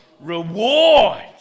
Reward